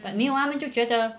but 没有啊他们就觉得